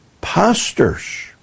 pastors